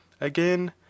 Again